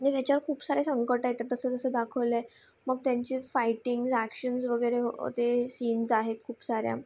त्याच्यावर खूप सारे संकट आहेत तसं तसं दाखवलं आहे मग त्यांचे फाईटिंग्स ॲक्शन्स वगैरे ते सीन्स आहेत खूप साऱ्या